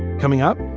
coming up,